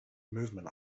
movement